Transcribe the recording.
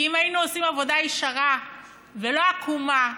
כי אם היינו עושים עבודה ישרה ולא עקומה,